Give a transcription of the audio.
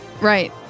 Right